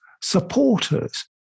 supporters